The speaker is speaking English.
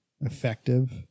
effective